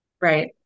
Right